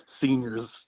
seniors